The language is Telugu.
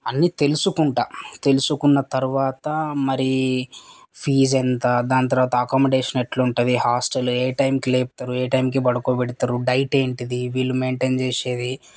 అన్నీ తెలుసుకుంటాను తెలుసుకున్న తర్వాత మరి ఫీజ్ ఎంత దాని తర్వాత ఎకోమొడేషన్ ఎట్లుంటుంది హాస్టల్ ఏ టైంకి లేపుతారు ఏ టైంకి పడుకోపెడతారు డైట్ ఏంటిది వీళ్ళు మెయిన్టెయిన్ చేసేది